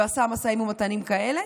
ועשה משאים ומתנים כאלה.